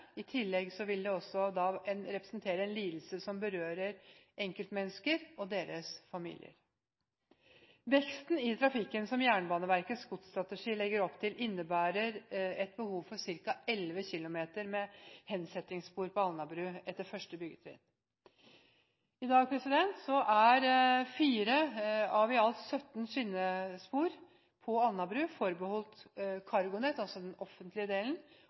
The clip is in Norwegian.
vil dette i tillegg representere fravær av lidelse som berører enkeltmennesker og deres familier. Veksten i trafikken som Jernbaneverkets godsstrategi legger opp til, innebærer et behov for ca. 11 km med hensettingsspor på Alnabru etter første byggetrinn. I dag er 4 av i alt 17 skinnespor på Alnabru forbeholdt CargoNet, altså den offentlige delen,